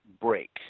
break